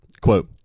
quote